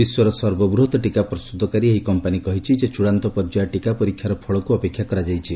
ବିଶ୍ୱର ସର୍ବବୃହତ ଟିକା ପ୍ରସ୍ତୁତକାରୀ ଏହି କମ୍ପାନୀ କହିଛି ଯେ ଚୂଡାନ୍ତ ପର୍ଯ୍ୟାୟ ଟିକା ପରୀକ୍ଷାର ଫଳକୁ ଅପେକ୍ଷା କରାଯାଇଛି